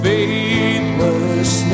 Faithless